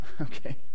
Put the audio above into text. okay